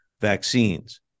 vaccines